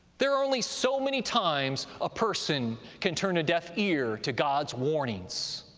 there are only so many times a person can turn a deaf ear to god's warnings